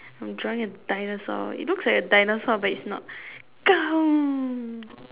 I'm drawing a dinosaur it looks like a dinosaur but it's not